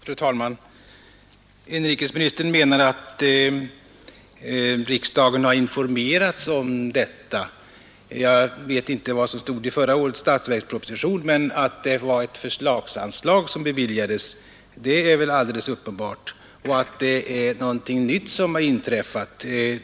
Fru talman! Inrikesministern menar att riksdagen informerats om detta. Jag vet inte vad som stod i förra årets statsverksproposition, men att det var ett förslagsanslag som beviljades är väl alldeles uppenbart liksom att det är något nytt som inträffat.